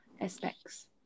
aspects